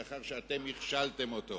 לאחר שאתם הכשלתם אותו.